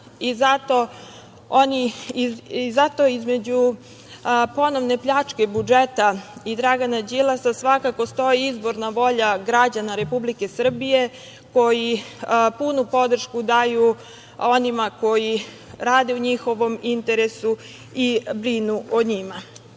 i zato između ponovne pljačke budžeta i Dragana Đilasa svakako stoji izborna volja građana Srbije, koji punu podršku daju onima koji rade u njihovom interesu i brinu o njima. Kada